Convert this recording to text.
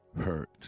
hurt